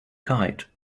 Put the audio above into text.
kite